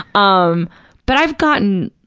um but i've gotten,